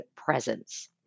presence